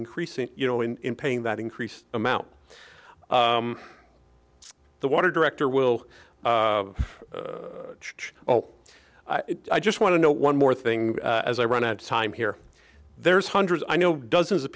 increasing you know in paying that increased amount the water director will change oh i just want to know one more thing as i run out of time here there's hundreds i know dozens of